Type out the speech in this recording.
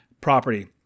property